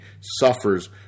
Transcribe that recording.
suffers